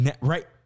Right